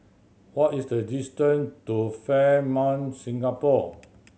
what is the distance to Fairmont Singapore